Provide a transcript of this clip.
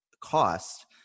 cost